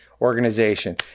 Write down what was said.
organization